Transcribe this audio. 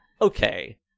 okay